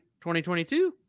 2022